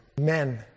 Men